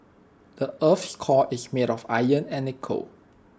the Earth's core is made of iron and nickel